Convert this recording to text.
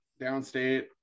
downstate